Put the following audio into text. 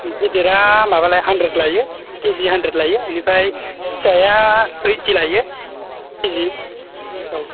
गिदिरा माबालायो हान्द्रेद लायो के जि हान्द्रेद लायो बेनिफ्राय फिसाया ओइट्टि लायो के जि औ